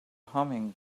humming